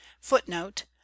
Footnote